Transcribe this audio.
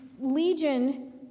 legion